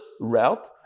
route